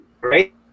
Right